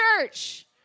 church